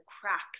cracks